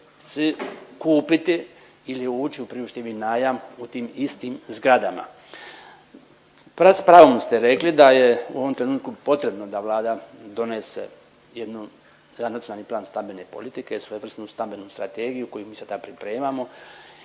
kupiti ili ući u priuštivi najam u tim istim zgradama. S pravom ste rekli da je u ovom trenutku potrebno da Vlada donese jednu, jedan Nacionalni plan stambene politike, svojevrsnu stambenu strategiju koju mi sad